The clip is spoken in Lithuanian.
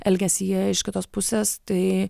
elgesyje iš kitos pusės tai